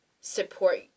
support